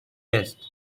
best